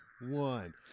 One